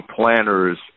planner's